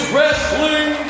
Wrestling